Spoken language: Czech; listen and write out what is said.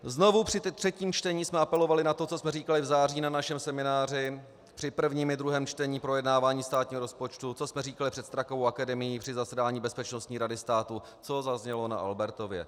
Znovu při třetím čtení jsme apelovali na to, co jsme říkali v září na našem semináři, při prvním i druhém čtení projednávání státního rozpočtu, co jsme říkali před Strakovou akademií při zasedání Bezpečnostní rady státu, co zaznělo na Albertově.